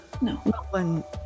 No